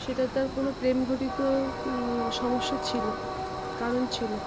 সেটা তার কোনো প্রেম ঘটিত সমস্যা ছিল কারণ ছিল